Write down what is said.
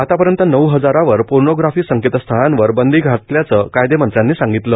आतापर्यंत नऊ हजारावर पोर्नोग्राफी संकेतस्थळांवर बंदी घातल्याचं कायदेमंत्र्यांनी सांगितलं